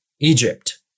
Egypt